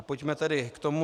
Pojďme tedy k tomu.